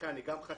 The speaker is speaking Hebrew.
לכן אני גם חקלאי,